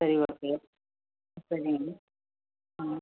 சரி ஓகே சரிங்க ஆ